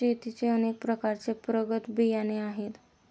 शेतीचे अनेक प्रकारचे प्रगत बियाणे आहेत